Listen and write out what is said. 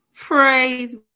Praise